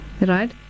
right